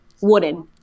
Wooden